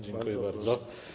Dziękuję bardzo.